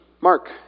Mark